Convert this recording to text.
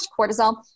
cortisol